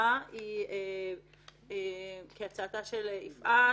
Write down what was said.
שההצעה היא כהצעתה של יפעת,